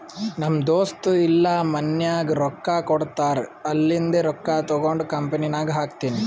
ನಮ್ ದೋಸ್ತ ಇಲ್ಲಾ ಮನ್ಯಾಗ್ ರೊಕ್ಕಾ ಕೊಡ್ತಾರ್ ಅಲ್ಲಿಂದೆ ರೊಕ್ಕಾ ತಗೊಂಡ್ ಕಂಪನಿನಾಗ್ ಹಾಕ್ತೀನಿ